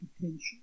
potential